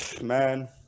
man